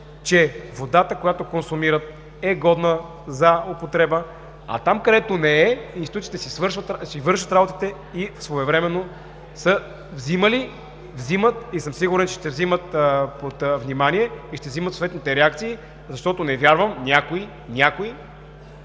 че водата, която консумират е годна за употреба, а там където не е – институциите си вършат работата и своевременно са взимали, взимат и съм сигурен, че ще взимат под внимание, ще имат съответните реакции, защото не вярвам някой да